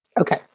Okay